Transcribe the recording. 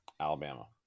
Alabama